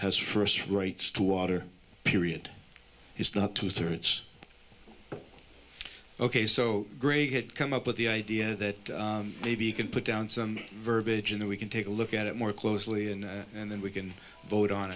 has first rights to water period is not two thirds ok so great had come up with the idea that maybe you can put down some verbiage and we can take a look at it more closely and then we can vote on